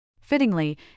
Fittingly